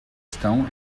estão